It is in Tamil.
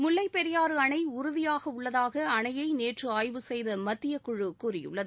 முல்லைப்பெரியாறு அணை உறுதியாக உள்ளதாக அணையை நேற்று ஆய்வு செய்த மத்திய குழு கூறியுள்ளது